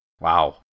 Wow